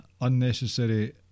unnecessary